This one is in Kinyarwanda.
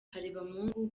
harebamungu